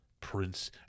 prince